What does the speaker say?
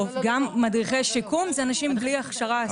גם מדריכי שיקום, הם אנשים בלי הכשרה ספציפית.